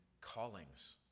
callings